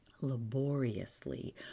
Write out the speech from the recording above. Laboriously